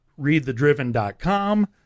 readthedriven.com